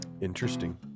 Interesting